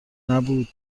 نبوده